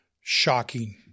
Shocking